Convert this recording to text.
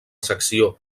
secció